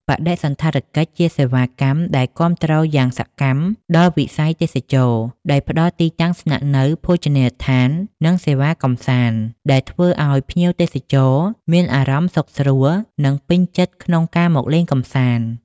បដិសណ្ឋារកិច្ច ជាសេវាកម្មដែលគាំទ្រយ៉ាងសកម្មដល់វិស័យទេសចរណ៍ ដោយផ្តល់ទីតាំងស្នាក់នៅ ភោជនីយដ្ឋាន និងសេវាកម្សាន្ត ដែលធ្វើឲ្យភ្ញៀវទេសចរមានអារម្មណ៍សុខស្រួល និងពេញចិត្តក្នុងការមកលេងកម្សាន្ត។